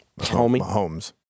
Mahomes